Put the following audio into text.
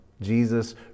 Jesus